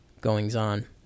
goings-on